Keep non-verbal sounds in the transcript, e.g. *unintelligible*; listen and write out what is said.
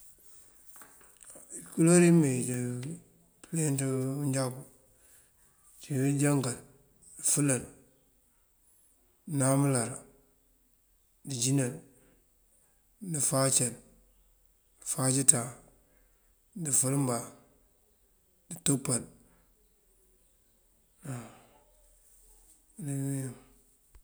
Ikuloor yímeeyí maleenţ yël ţí manjakú ací: dëjánkal, dëfëlal, dënáam uláar, dëjínal, dëfáacal, dëfáac ţáan, dëfël mbáan, dëtopal *hesitation* *unintelligible*